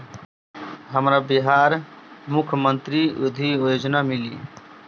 हमरा बिहार मुख्यमंत्री उद्यमी योजना मिली?